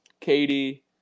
Katie